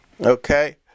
Okay